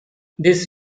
this